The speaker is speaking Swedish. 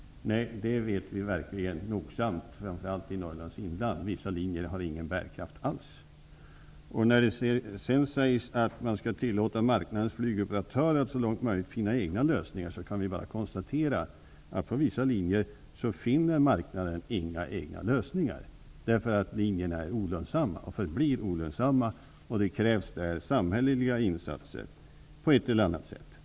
Det vet vi verkligen nogsamt, framför allt när det gäller Norrlands inland där vissa linjer inte har någon bärkraft alls. När det sedan sägs att man skall tillåta marknadens flygoperatörer att så långt möjligt finna egna lösningar, kan vi bara konstatera att marknaden inte finner några egna lösningar för vissa linjer, därför att linjerna är och förblir olönsamma och kräver samhälleliga insatser på ett eller annat sätt.